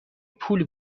پول